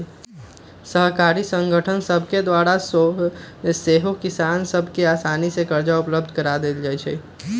सहकारी संगठन सभके द्वारा सेहो किसान सभ के असानी से करजा उपलब्ध करा देल जाइ छइ